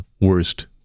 worst